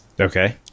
Okay